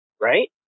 right